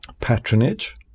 patronage